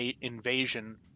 invasion